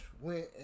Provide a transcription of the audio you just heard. went